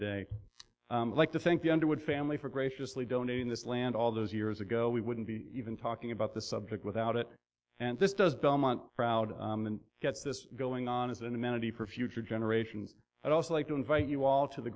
day like to think the underwood family for graciously donating this land all those years ago we wouldn't be even talking about this subject without it and this does belmont crowd get this going on as an amenity for future generation i'd also like to invite you all to the